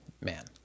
man